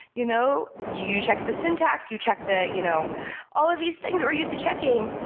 you know you check the syntax, you check the you know all of these things that were used to checking,